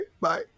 bye